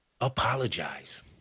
Apologize